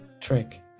trick